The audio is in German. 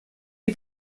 die